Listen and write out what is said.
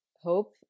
hope